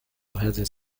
has